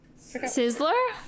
sizzler